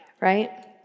right